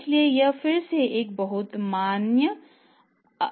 इसलिए यह फिर से एक बहुत मान्य धारणा है